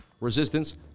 resistance